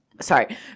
Sorry